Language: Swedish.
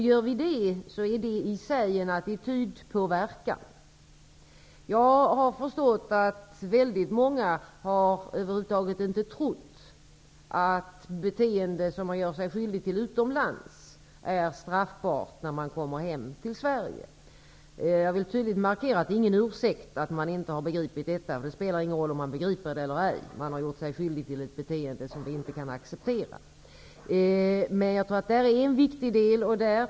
Gör vi det, så är det i sig en attitydpåverkan. Jag har förstått att väldigt många över huvud taget inte har trott att de när de kommer hem till Sverige kan straffas för beteenden som de gör sig skyldiga till utomlands. Jag vill tydligt markera att det inte är någon ursäkt att man inte har begripit detta. Det spelar ingen roll om man har begripit det eller ej, om man har gjort sig skyldig till ett beteende som inte kan accepteras. Jag tror att detta är en viktig del.